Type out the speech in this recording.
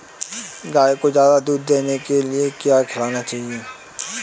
गाय को ज्यादा दूध देने के लिए क्या खिलाना चाहिए?